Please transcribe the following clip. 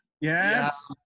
Yes